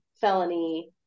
felony